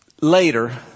later